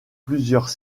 plusieurs